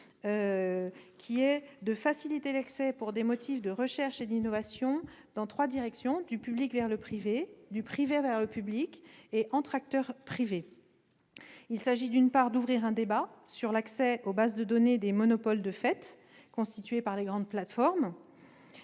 souhaitons faciliter l'accès aux données pour des motifs de recherche et d'innovation dans trois directions : du public vers le privé, du privé vers le public et entre acteurs privés. D'abord, il s'agit d'ouvrir un débat sur l'accès aux bases de données des monopoles de fait que constituent les grandes plateformes.